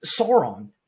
Sauron